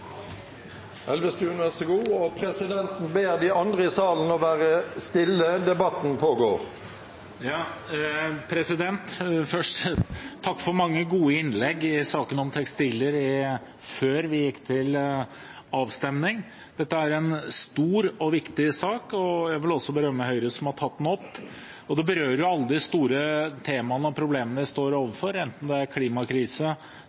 Elvestuen. Først: Takk for mange gode innlegg i saken om tekstiler før vi gikk til avstemning. Dette er en stor og viktig sak, og jeg vil også berømme Høyre som har tatt den opp, og den berører alle de store temaene og problemene vi står